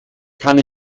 kann